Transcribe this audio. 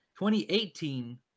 2018